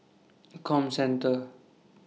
Comcenter